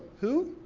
who?